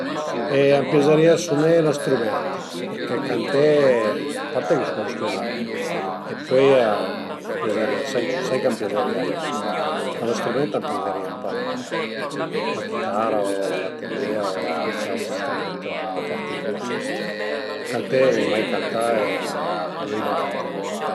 E a m'piazërìa suné ün strument perché canté, a parte che sun stunà e pöi a m'piazërìa, sai sai ch'a m'piazerìa nen, ma lë strüment a m'piazerìa ëmparelu, la chitara o la baterìa o cuiach autr strüment ën po particular, canté l'ai mai cantà e vöi nen canté